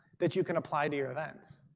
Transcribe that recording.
that you can apply to your events,